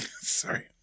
Sorry